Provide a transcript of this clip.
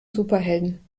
superhelden